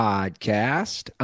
Podcast